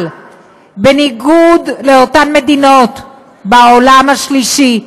אבל בניגוד לאותן מדינות בעולם השלישי,